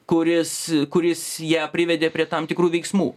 kuris kuris ją privedė prie tam tikrų veiksmų